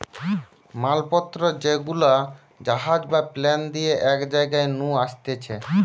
মাল পত্র যেগুলা জাহাজ বা প্লেন দিয়ে এক জায়গা নু আসতিছে